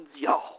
y'all